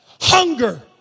hunger